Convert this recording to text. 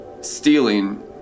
stealing